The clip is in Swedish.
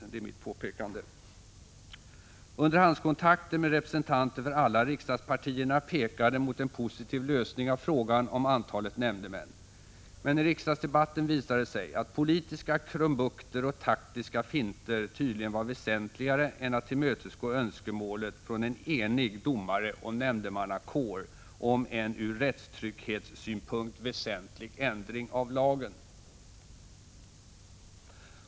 ”- Underhandskontakter med representanter för alla riksdagspartierna pekade mot en positiv lösning av frågan om antalet nämndemän. Men i riksdagsdebatten visade det sig, att politiska krumbukter och taktiska finter tydligen var väsentligare än att tillmötesgå önskemålet från en enig domareoch nämndemannakår om en ur rättstrygghetssynpunkt väsentlig ändring av lagen.